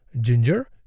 ginger